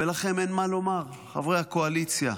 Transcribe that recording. ולכם אין מה לומר, חברי הקואליציה?